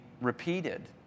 repeated